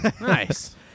Nice